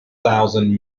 thousand